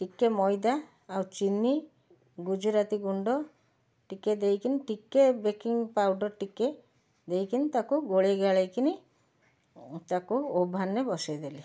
ଟିକିଏ ମଇଦା ଆଉ ଚିନି ଗୁଜୁରାତି ଗୁଣ୍ଡ ଟିକିଏ ଦେଇକିନି ଟିକିଏ ବେକିଂ ପାଉଡ଼ର୍ ଟିକିଏ ଦେଇକିନି ତାକୁ ଗୋଳେଇ ଗାଳେଇ କିନି ତାକୁ ଓଭନ୍ରେ ବସାଇ ଦେଲି